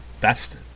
best